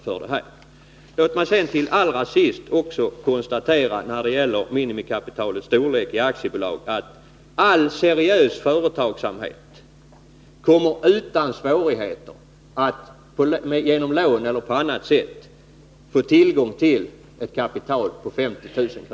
Jag vill till sist när det gäller minimikapitalets storlek i aktiebolag konstatera att all seriös företagsverksamhet utan svårigheter kommer att genom lån eller på annat sätt få tillgång till ett aktiekapital på 50 000 kr.